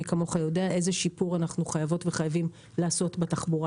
מי כמוך יודע איזה שיפור אנחנו חייבות וחייבים לעשות בתחבורה